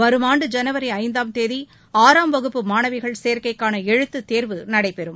வரும் ஆண்டு ஜனவரி ஐந்தாம் தேதி ஆறாம் வகுப்பு மாணவிகள் சேர்க்கைக்கான எழுத்துத் தேர்வு நடைபெறும்